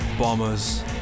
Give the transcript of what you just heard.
Bombers